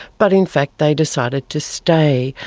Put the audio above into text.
but in fact they decided to stay,